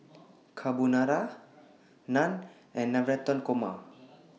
Carbonara Naan and Navratan Korma